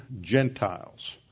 Gentiles